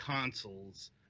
consoles